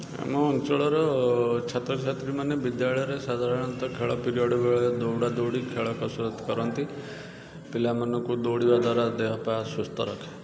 ଆମ ଅଞ୍ଚଳର ଛାତ୍ରଛାତ୍ରୀମାନେ ବିଦ୍ୟାଳୟରେ ସାଧାରଣତଃ ଖେଳ ପିରିୟଡ଼୍ ବେଳେ ଦୌଡ଼ାଦୌଡ଼ି ଖେଳ କସରତ କରନ୍ତି ପିଲାମାନଙ୍କୁ ଦୌଡ଼ିବା ଦ୍ୱାରା ଦେହପାହା ସୁସ୍ଥ ରଖେ